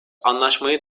anlaşmayı